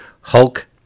Hulk